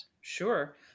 Sure